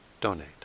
donate